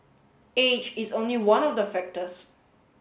age is only one of the factors